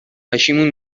پشیمون